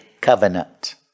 covenant